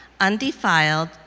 undefiled